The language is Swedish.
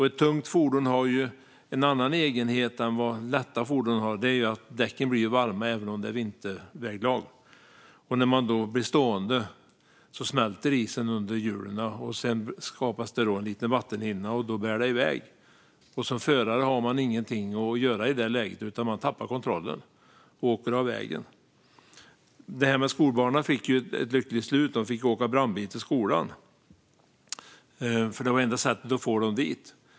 Ett tungt fordon har en egenhet som lätta fordon inte har: Däcken blir varma även om det är vinterväglag, så när man blir stående smälter isen under hjulen. Sedan skapas det en liten vattenhinna, och då bär det i väg. Som förare kan man inget göra i det läget, utan man tappar kontrollen och åker av vägen. Olyckan med skolbarnen fick ett lyckligt slut - de fick åka brandbil till skolan, för det var enda sättet att få dem dit.